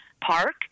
park